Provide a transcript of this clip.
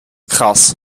krass